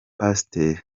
pasiteri